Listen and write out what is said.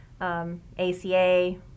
ACA